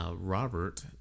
Robert